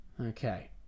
Okay